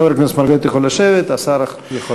חבר הכנסת מרגלית יכול לשבת, השר יכול להשיב.